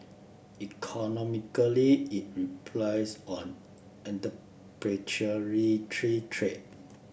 economically it replies on entrepreneurial tree trade